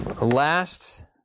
Last